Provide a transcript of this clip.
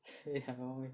in a wrong way